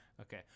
okay